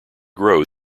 grow